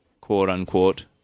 quote-unquote